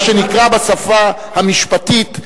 מה שנקרא בשפה המשפטית,